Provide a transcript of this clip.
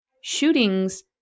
shootings